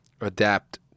adapt